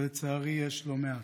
ולצערי יש לא מעט.